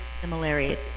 similarities